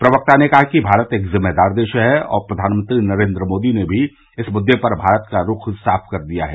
प्रवक्ता ने कहा कि भारत एक ज़िम्मेदार देश है और प्रधानमंत्री नरेन्द्र मोदी ने भी इस मुद्दे पर भारत का रुख साफ कर दिया है